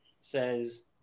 says